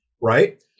right